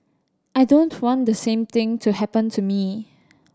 I don't want the same thing to happen to me